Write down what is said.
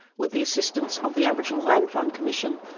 with the assistance of the aboriginal land fund commission,